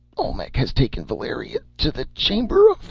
olmec has taken valeria to the chamber of